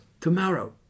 tomorrow